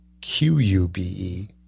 q-u-b-e